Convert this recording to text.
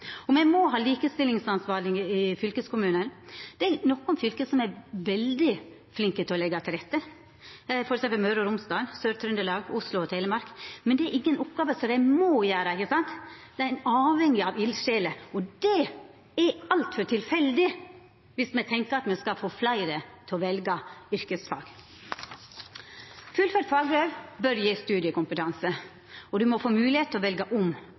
Me må ha ein likestillingsansvarleg i fylkeskommunen. Det er nokre fylke som er veldig flinke til å leggja til rette, f.eks. Møre og Romsdal, Sør-Trøndelag, Oslo og Telemark, men det er inga oppgåve dei må gjera, ein er avhengig av eldsjeler, og det er altfor tilfeldig viss me tenkjer at me skal få fleire til å velja yrkesfag. Fullført fagbrev bør gje studiekompetanse, og ein må få moglegheit til å velja om